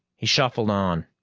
he shuffled on.